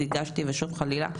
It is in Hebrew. ושוב חלילה,